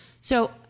So-